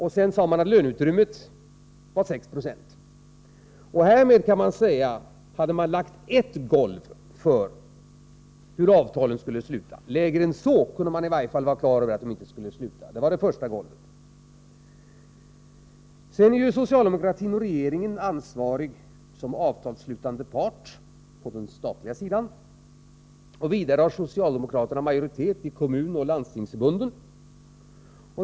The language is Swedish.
Sedan sade man att löneutrymmet var 6 90. Härmed hade man lagt ett golv för hur avtalen skulle sluta. Man kunde i alla fall vara säker på att lägre än så skulle de inte hamna. Sedan är socialdemokratin och regeringen ansvariga som avtalsslutande part på den statliga sidan. Vidare har socialdemokraterna majoritet i kommunoch landstingsförbunden.